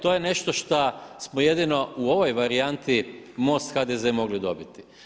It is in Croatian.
To je nešto šta smo jedino u ovoj varijanti MOST-HDZ mogli dobiti.